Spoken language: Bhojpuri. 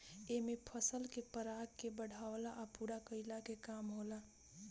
एमे फसल के पराग के बढ़ावला आ पूरा कईला के काम होला